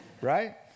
right